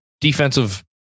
Defensive